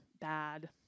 bad